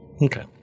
Okay